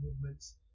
movements